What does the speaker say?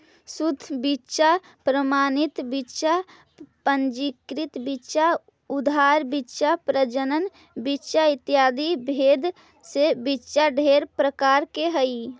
शुद्ध बीच्चा प्रमाणित बीच्चा पंजीकृत बीच्चा आधार बीच्चा प्रजनन बीच्चा इत्यादि भेद से बीच्चा ढेर प्रकार के हई